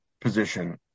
position